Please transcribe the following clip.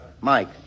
Mike